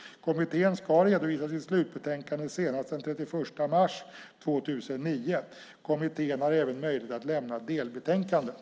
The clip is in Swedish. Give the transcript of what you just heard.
Kommittén ska redovisa sitt slutbetänkande senast den 31 mars 2009. Kommittén har även möjlighet att lämna delbetänkanden.